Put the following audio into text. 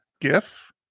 gif